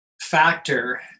factor